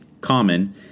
common –